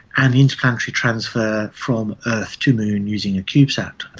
and the interplanetary transfer from earth to moon using a cubesat,